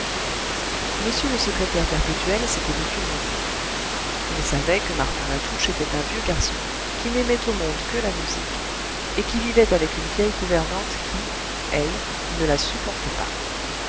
m le secrétaire perpétuel s'était documenté il savait que martin latouche était un vieux garçon qui n'aimait au monde que la musique et qui vivait avec une vieille gouvernante qui elle ne la supportait pas